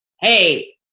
Hey